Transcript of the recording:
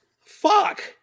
Fuck